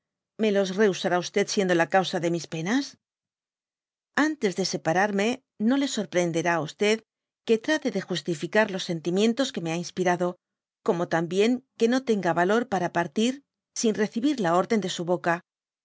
me los rehusará siendo la causa de mis penas antes de separarme no le soprehenderi á que trate de justificar los sentimientos que me ha inspirado como también que no tenga yalor para partir sin recibir la orden de su boca